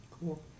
Cool